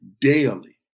daily